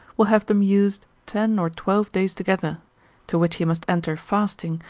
will have them used ten or twelve days together to which he must enter fasting,